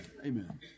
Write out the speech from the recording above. Amen